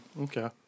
Okay